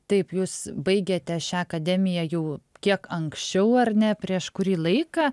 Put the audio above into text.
taip jūs baigėte šią akademiją jau kiek anksčiau ar ne prieš kurį laiką